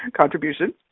contribution